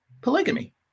Polygamy